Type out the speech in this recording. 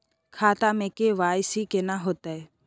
खाता में के.वाई.सी केना होतै?